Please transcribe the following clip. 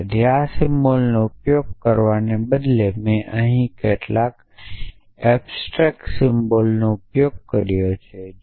અને તેથી આ સિમ્બલ્સનો ઉપયોગ કરવાને બદલે મે અહીં કેટલાક એબ્સ્ટ્રેક્ટ સિમ્બલ્સનો ઉપયોગ કર્યો છે